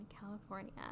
California